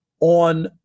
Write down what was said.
On